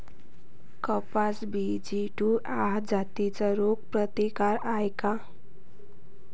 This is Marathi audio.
कपास बी.जी टू ह्या जाती रोग प्रतिकारक हाये का?